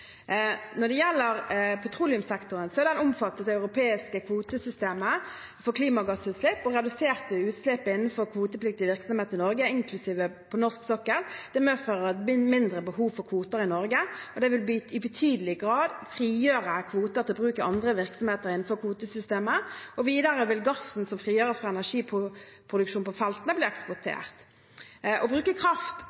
Når det gjelder petroleumssektoren, er den omfattet av det europeiske kvotesystemet for klimagassutslipp. Reduserte utslipp innenfor kvotepliktig virksomhet i Norge, inklusiv norsk sokkel, medfører et mindre behov for kvoter i Norge. Det vil i betydelig grad frigjøre kvoter til bruk i andre virksomheter innenfor kvotesystemet. Videre vil gassen som frigjøres fra energiproduksjonen på feltene, bli